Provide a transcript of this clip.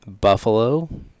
Buffalo